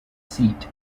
seat